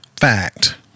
fact